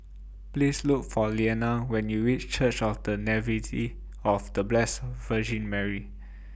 Please Look For Lilliana when YOU REACH Church of The of The Blessed Virgin Mary